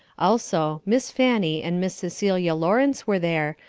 also, miss fannie and miss cecilia lawrence were there,